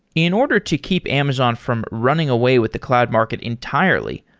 in order to keep amazon from running away with the cloud market entirely,